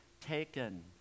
taken